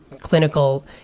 clinical